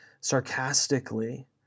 sarcastically